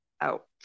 out